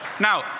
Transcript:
Now